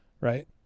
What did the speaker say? Right